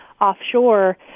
offshore